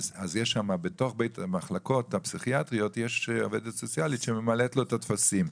בתוך המחלקות הפסיכיאטריות יש עובדת סוציאלית שממלאת לו את הטפסים.